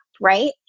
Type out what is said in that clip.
right